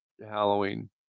Halloween